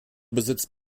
besitzt